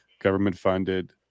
government-funded